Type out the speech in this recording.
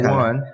one